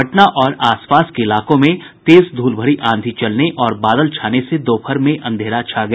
पटना और आसपास के इलाकों में तेज धूल भरी आंधी चलने और बादल छाने से दोपहर में अंधेरा छा गया